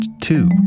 two